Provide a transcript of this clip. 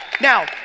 Now